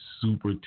super